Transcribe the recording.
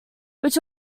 which